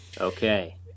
Okay